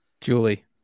Julie